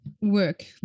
work